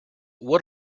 what